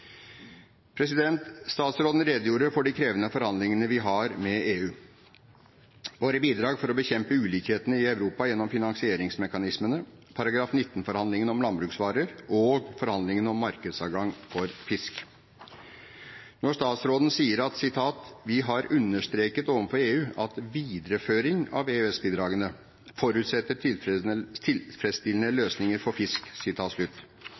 mål. Statsråden redegjorde for de krevende forhandlingene vi har med EU: våre bidrag for å bekjempe ulikhetene i Europa gjennom finansieringsmekanismene, artikkel 19-forhandlingene om landbruksvarer og forhandlingene om markedsadgang for fisk. Når statsråden sier at «vi har understreket overfor EU at videreføring av EØS-bidragene forutsetter tilfredsstillende løsninger for fisk»,